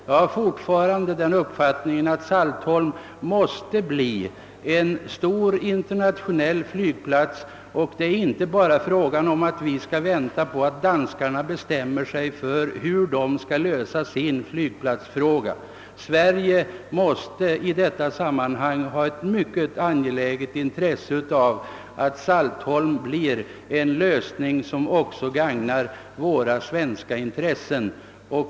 Jag vidhåller min uppfattning att Saltholm måste bli en stor internationell flygplats. Vi kan inte bara vänta på att danskarna skall bestämma sig för hur de skall lösa sitt flygplatsproblem; Sverige har ett mycket starkt intresse av att flygplatsen på Saltholm kommer till stånd.